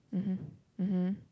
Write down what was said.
mmhmm mmhmm